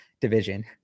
division